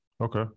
Okay